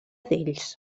d’ells